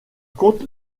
contre